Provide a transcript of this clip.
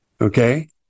Okay